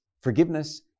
Forgiveness